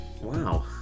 Wow